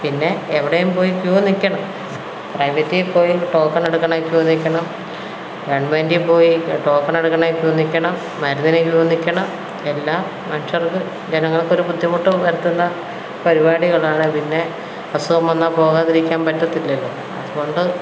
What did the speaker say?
പിന്നെ എവടെയും പോയി ക്യു നിൽക്കണം പ്രൈവറ്റിൽ പോയി ടോക്കൺ എടുക്കണം ക്യു നിൽക്കണം ഗവൺമെൻ്റിൽ പോയി ടോക്കൺ എടുക്കണം ക്യു നിൽക്കണം മരുന്നിന് ക്യു നിൽക്കണം എല്ലാം മനുഷ്യർക്ക് ജനങ്ങൾക്ക് ഒരു ബുദ്ധിമുട്ട് വരുത്തുന്ന പരിപാടികളാണ് പിന്നെ അസുഖം വന്നാൽ പോവാതിരിക്കാൻ പറ്റത്തില്ലല്ലോ അതുകൊണ്ട്